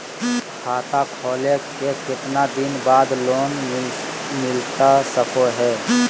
खाता खोले के कितना दिन बाद लोन मिलता सको है?